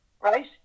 right